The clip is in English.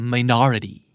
Minority